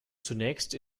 zunächst